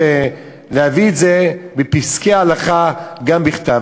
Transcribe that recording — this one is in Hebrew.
להביא את זה בפסקי הלכה גם בכתב.